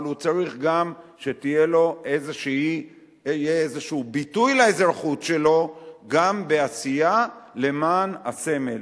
אבל הוא צריך גם שיהיה לו איזה ביטוי לאזרחות שלו גם בעשייה למען הסמל.